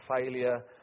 failure